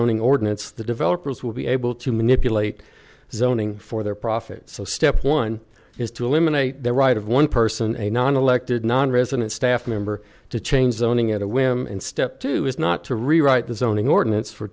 zoning ordinance the developers will be able to manipulate zoning for their profit so step one is to eliminate the right of one person a non elected nonresident staff member to chains owning at a whim and step two is not to rewrite the zoning ordinance for